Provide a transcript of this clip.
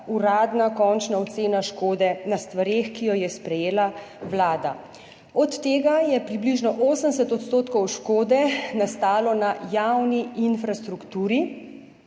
uradna končna ocena škode na stvareh, ki jo je sprejela vlada. Od tega je približno 80 % škode nastalo na javni infrastrukturi,